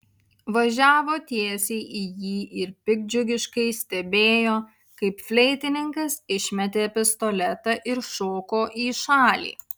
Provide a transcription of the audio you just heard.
važiavo tiesiai į jį ir piktdžiugiškai stebėjo kaip fleitininkas išmetė pistoletą ir šoko į šalį